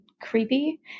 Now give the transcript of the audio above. creepy